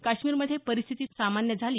काश्मीरमध्ये परिस्थिती सामान्य झाली